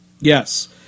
Yes